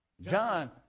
John